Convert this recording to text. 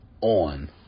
on